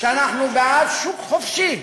שאנחנו בעד שוק חופשי.